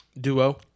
Duo